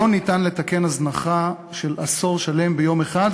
אי-אפשר לתקן הזנחה של עשור שלם ביום אחד,